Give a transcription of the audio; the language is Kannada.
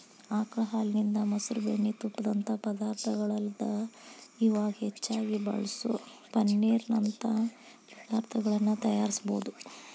ಆಕಳ ಹಾಲಿನಿಂದ, ಮೊಸರು, ಬೆಣ್ಣಿ, ತುಪ್ಪದಂತ ಪದಾರ್ಥಗಳಲ್ಲದ ಇವಾಗ್ ಹೆಚ್ಚಾಗಿ ಬಳಸೋ ಪನ್ನೇರ್ ನಂತ ಪದಾರ್ತಗಳನ್ನ ತಯಾರಿಸಬೋದು